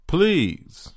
Please